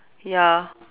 ya